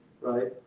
right